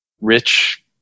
rich